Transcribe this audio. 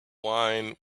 wine